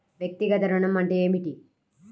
వ్యక్తిగత ఋణం అంటే ఏమిటి?